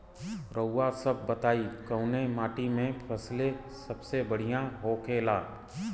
रउआ सभ बताई कवने माटी में फसले सबसे बढ़ियां होखेला?